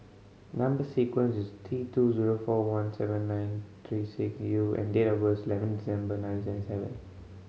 number sequence is T two zero four one seven nine three six U and date of birth is eleven December nineteen seventy seven